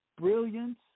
brilliance